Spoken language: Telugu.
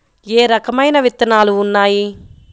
ఏ రకమైన విత్తనాలు ఉన్నాయి?